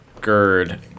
Gerd